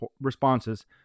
responses